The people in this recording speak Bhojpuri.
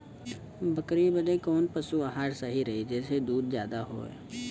बकरी बदे कवन पशु आहार सही रही जेसे दूध ज्यादा होवे?